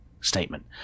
statement